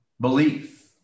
belief